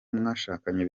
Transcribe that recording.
mwashakanye